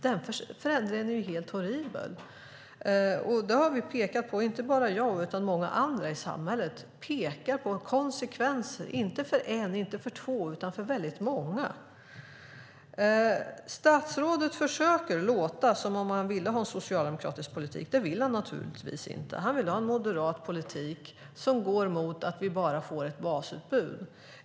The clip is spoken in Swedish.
Den förändringen är helt horribel! Inte bara jag utan många andra i samhället pekar på konsekvenser, inte för en eller två, utan för väldigt många. Statsrådet försöker låta som om han ville ha en socialdemokratisk politik. Det vill han naturligtvis inte. Han vill ha en moderat politik som går mot att vi bara får ett basutbud.